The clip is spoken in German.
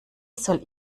soll